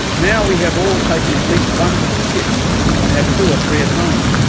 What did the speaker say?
now we have all taken at least one to the tip and have two or three at home.